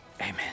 amen